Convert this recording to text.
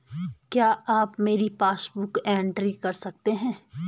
क्या आप मेरी पासबुक बुक एंट्री कर सकते हैं?